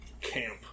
camp